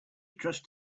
trust